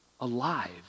alive